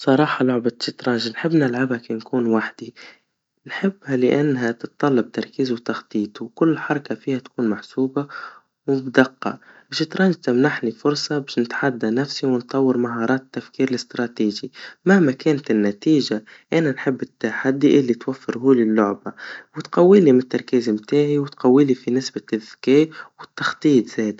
بصراحا لعبة شطرنج, نحب نلعبها كيما نكون وحدي, نحبها لأنها تتطلب تركيز وتخطيط, وكل حركا فيها تكون محسوبا, وبدقا, الشطرنج تمنحني فرصا باش نتحدى نفسي ونطور مهارات التفكير الاستراتيجي, مهما كانت النتيجا, أنا نحب التحدي اللي توفرهولي اللعبا, وتقويلي مالتركيو متاعي, وتقويلي في نسبة الذكا والتخطيط زاد.